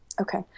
Okay